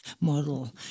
model